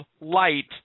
light